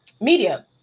media